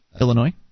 Illinois